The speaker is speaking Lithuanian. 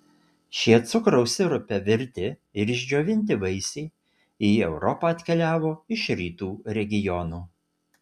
šie cukraus sirupe virti ir išdžiovinti vaisiai į europą atkeliavo iš rytų regionų